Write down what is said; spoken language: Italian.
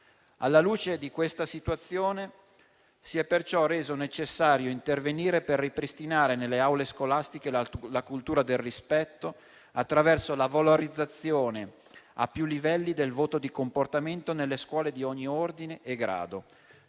Alla luce di questa situazione si è perciò reso necessario intervenire per ripristinare nelle aule scolastiche la cultura del rispetto attraverso la valorizzazione a più livelli del voto di comportamento nelle scuole di ogni ordine e grado.